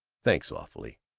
thanks awfully!